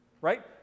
right